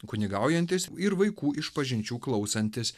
kunigaujantis ir vaikų išpažinčių klausantis